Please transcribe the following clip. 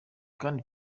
kandi